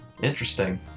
Interesting